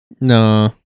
no